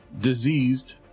diseased